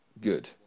good